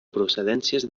procedències